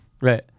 Right